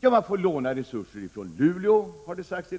Ja, man får låna resurser från Luleå, har det sagts.